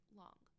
long